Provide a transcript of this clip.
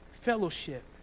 fellowship